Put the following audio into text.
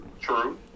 true